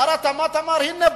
שר התמ"ת אמר: הנה,